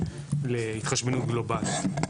להתחשבנות גלובלית.